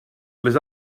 les